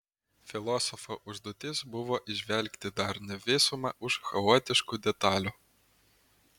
filosofo užduotis buvo įžvelgti darnią visumą už chaotiškų detalių